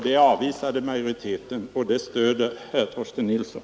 Det avvisade utskottsmajoriteten — och den ståndpunkten stöder nu herr Torsten Nilsson.